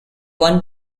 one